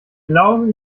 glaube